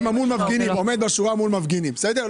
נניח שהוא עומד בשורה מול מפגינים כדי לעשות סדר,